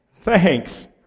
Thanks